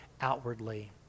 outwardly